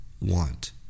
want